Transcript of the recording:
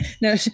No